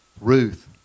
Ruth